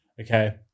Okay